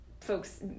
folks